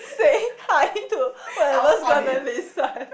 say hi to whoever's gonna listen